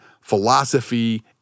philosophy